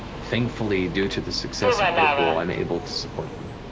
thankfully due to the success of critical role i'm able to support them.